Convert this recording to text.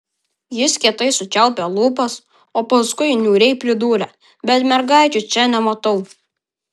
jis kietai sučiaupė lūpas o paskui niūriai pridūrė bet mergaičių čia nematau